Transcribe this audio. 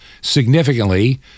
significantly